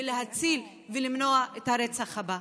להציל ולמנוע את הרצח הבא.